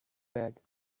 bad